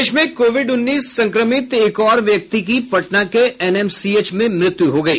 प्रदेश में कोविड उन्नीस संक्रमित एक और व्यक्ति की पटना के एनएमसीएच में मृत्यु हो गयी